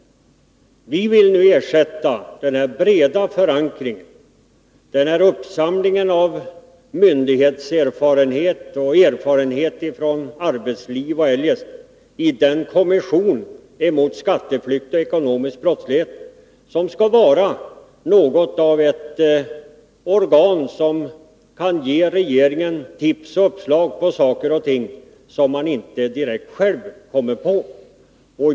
Vi vill nu ersätta den här breda förankringen — uppsamlingen av myndighetserfarenhet och erfarenhet från arbetsliv och annat — med den kommission mot skatteflykt och ekonomisk brottslighet som skall kunna vara ett organ för att tillföra regeringen tips och uppslag om lämpliga åtgärder som den inte själv direkt kommer på.